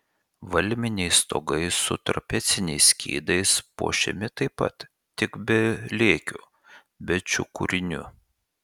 valminiai stogai su trapeciniais skydais puošiami taip pat tik be lėkių be čiukurinių